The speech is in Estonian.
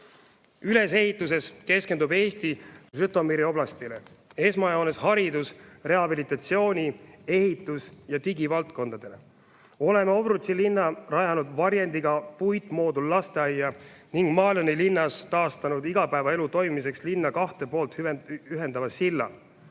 Ülesehituses keskendub Eesti Žõtomõri oblastile, esmajoones haridus-, rehabilitatsiooni-, ehitus- ja digivaldkondadele. Oleme Ovrutši linna rajanud varjendiga puitmoodullasteaia ning Malõni linnas taastanud igapäevaelu toimimiseks linna kahte poolt ühendava silla.